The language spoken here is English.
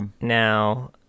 Now